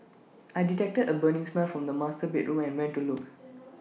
I detected A burning smell from the master bedroom and went to look